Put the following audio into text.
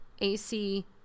AC